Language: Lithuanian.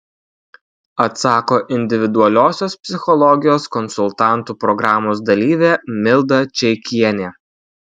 atsako individualiosios psichologijos konsultantų programos dalyvė milda čeikienė